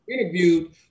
interviewed